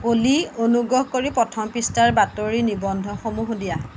অ'লি অনুগ্ৰহ কৰি প্ৰথম পৃষ্ঠাৰ বাতৰি নিবন্ধসমূহ দিয়া